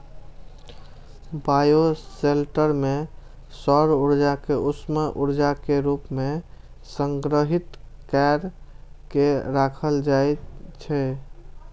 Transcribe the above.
bioshelter मे सौर ऊर्जा कें उष्मा ऊर्जा के रूप मे संग्रहीत कैर के राखल जाइ छै